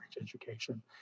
education